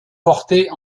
portées